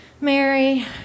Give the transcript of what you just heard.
Mary